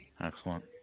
Excellent